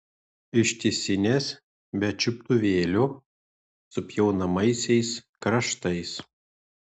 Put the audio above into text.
ištisinės be čiuptuvėlių su pjaunamaisiais kraštais